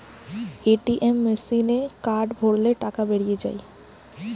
ATM মেসিনে card ভরলে টাকা বেরিয়ে যায়